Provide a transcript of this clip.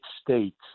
States